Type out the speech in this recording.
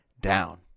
down